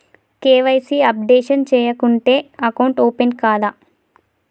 KYC updation చేయకుంటే account open కాదా?